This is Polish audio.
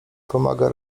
pomaga